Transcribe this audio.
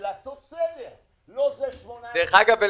שכנעו אותנו.